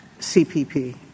CPP